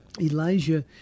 Elijah